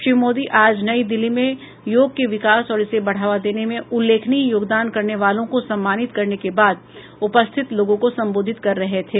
श्री मोदी आज नई दिल्ली में योग के विकास और इसे बढ़ावा देने में उल्लेखनीय योगदान करने वालों को सम्मानित करने के बाद उपस्थित लोगों को संबोधित कर रहे थे